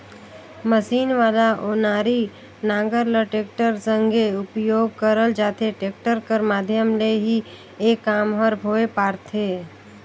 machine वाला ओनारी नांगर ल टेक्टर संघे उपियोग करल जाथे, टेक्टर कर माध्यम ले ही ए काम हर होए पारथे